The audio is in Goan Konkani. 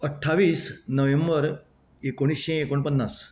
अठ्ठावीस नोव्हेंबर एकोणशें एकोणपन्नास